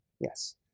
yes